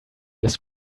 this